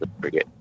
forget